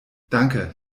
danke